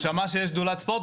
הוא שמע שיש שדולת ספורט,